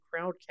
Crowdcast